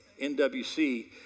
NWC